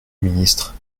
ministre